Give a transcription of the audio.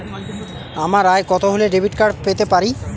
আমার আয় কত হলে ডেবিট কার্ড পেতে পারি?